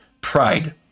pride